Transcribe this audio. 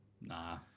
Nah